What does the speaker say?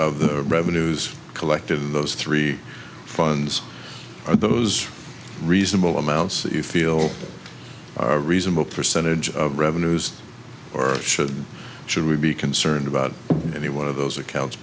of the revenues collect of those three funds are those reasonable amounts that you feel are a reasonable percentage of revenues or should we be concerned about any one of those accounts